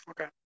Okay